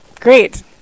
Great